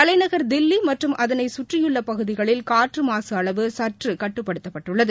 தலைநகர் தில்லி மற்றும் அதனை கற்றியுள்ள பகுதிகளில் காற்று மாசு அளவு சற்று கட்டுப்படுத்தப் பட்டுள்ளது